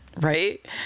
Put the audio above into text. right